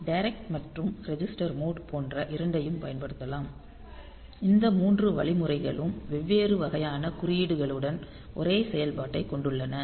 direct மற்றும் register mode போன்ற இரண்டையும் பயன்படுத்தலாம் இந்த மூன்று வழிமுறைகளும் வெவ்வேறு வகையான குறியீடுகளுடன் ஒரே செயல்பாட்டைக் கொண்டுள்ளன